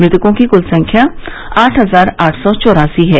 मृतकों की कृत संख्या आठ हजार आठ सौ चौरासी है